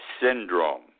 syndrome